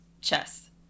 chess